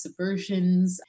subversions